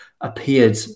appeared